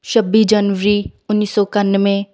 ਛੱਬੀ ਜਨਵਰੀ ਉੱਨੀ ਸੌ ਇਕਾਨਵੇਂ